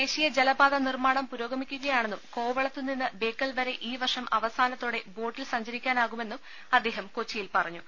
ദേശീയ ജല പാതാ നിർമ്മാണം പുരോഗമിക്കുകയാണെന്നും കോവ ളത്തു നിന്ന് ബേക്കൽ വരെ ഈ വർഷം അവസാനത്തോടെ ബോട്ടിൽ സഞ്ചരിക്കാനാകുമെന്നും അദ്ദേഹം കൊച്ചിയിൽ പറഞ്ഞു